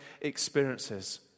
experiences